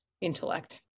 intellect